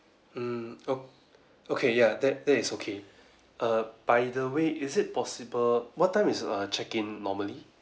mm o~ okay ya that that is okay err by the way is it possible what time is err check in normally